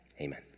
Amen